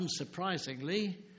unsurprisingly